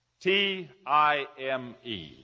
T-I-M-E